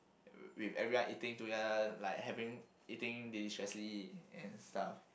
with everyone eating together like having eating distressingly and stuff